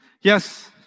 Yes